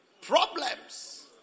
problems